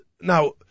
Now